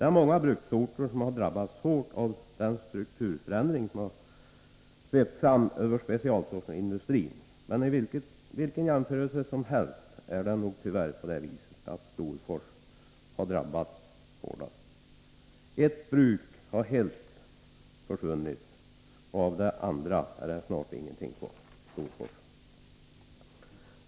Många bruksorter har drabbats hårt av den strukturförändring som har svept fram över specialstålsindustrin. Men vid vilken jämförelse som helst är det nog tyvärr på det viset att Storfors har drabbats hårdast. Ett bruk har helt försvunnit, och av det andra finns snart ingenting kvar.